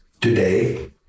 today